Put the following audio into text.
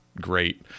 Great